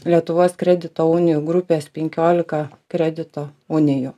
lietuvos kredito unijų grupės penkiolika kredito unijų